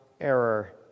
error